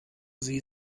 sie